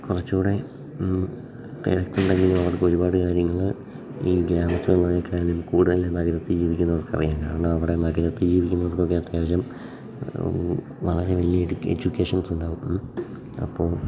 കുറച്ചൂടെ തിരക്ക് ഉണ്ടെങ്കിലും അവർക്ക് ഒരുപാട് കാര്യങ്ങൾ ഈ ഗ്രാമത്തിൽ ഉള്ളവരെക്കാലും കൂടുതൽ നഗരത്തിൽ ജീവിക്കുന്നവർക്ക് അറിയാം കാരണം അവിടെ നഗരത്തിൽ ജീവിക്കുന്നവർക്ക് ഒക്കെ അത്യാവശ്യം വളരെ വലിയ എഡ്യൂക്കേഷൻസുണ്ടാവും അപ്പോൾ